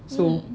mm